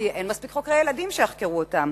כי אין מספיק חוקרי ילדים שיחקרו אותם.